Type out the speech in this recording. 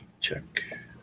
check